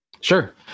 Sure